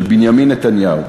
של בנימין נתניהו,